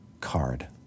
card